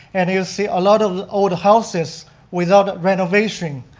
and you'll see a lot of old houses without renovation.